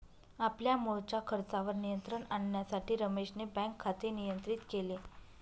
आपल्या मुळच्या खर्चावर नियंत्रण आणण्यासाठी रमेशने बँक खाते नियंत्रित केले